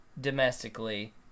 domestically